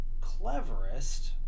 cleverest